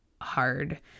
hard